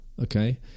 Okay